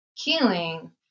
healing